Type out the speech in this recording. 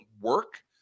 work